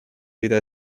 jede